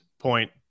point